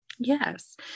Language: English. Yes